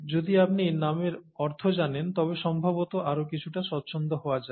যদি আপনি নামের অর্থ জানেন তবে সম্ভবত আরও কিছুটা স্বচ্ছন্দ হওয়া যায়